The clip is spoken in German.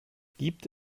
gibt